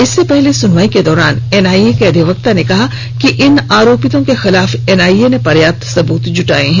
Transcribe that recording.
इससे पहले सुनवाई के दौरान एनआईए के अधिवक्ता ने कहा कि इन आरोपितों के खिलाफ एनआईए ने पर्याप्त सबूत जुटाए हैं